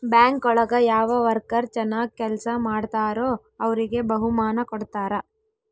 bank ಒಳಗ ಯಾವ worker ಚನಾಗ್ ಕೆಲ್ಸ ಮಾಡ್ತಾರೋ ಅವ್ರಿಗೆ ಬಹುಮಾನ ಕೊಡ್ತಾರ